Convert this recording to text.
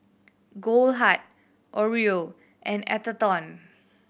Goldheart Oreo and Atherton